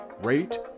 rate